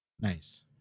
Nice